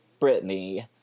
Britney